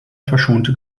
verschonte